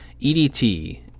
EDT